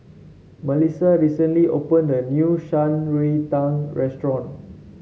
Malissa recently opened a new Shan Rui Tang Restaurant